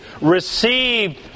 received